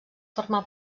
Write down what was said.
forma